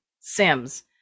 Sims